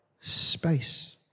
space